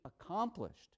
accomplished